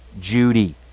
Judy